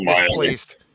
displaced